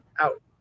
out